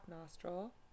nostril